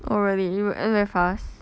oh really it will end very fast